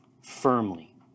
firmly